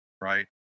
right